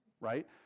right